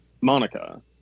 Monica